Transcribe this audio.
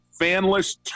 fanless